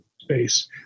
space